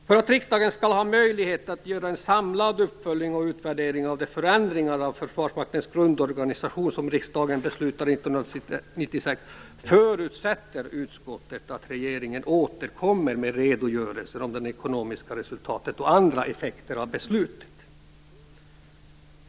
För att riksdagen skall ha möjlighet att göra en samlad uppföljning och utvärdering av de förändringar av Försvarsmaktens grundorganisation som riksdagen beslutade 1996 förutsätter utskottet att regeringen återkommer med redogörelser om det ekonomiska resultatet och andra effekter av beslutet.